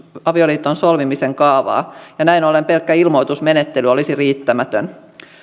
avioliiton solmimisen kaavaa ja näin ollen pelkkä ilmoitusmenettely olisi riittämätön